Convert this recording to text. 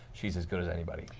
she is as good as anybody.